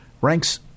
ranks